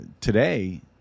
Today